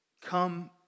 come